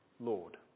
Lord